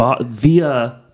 via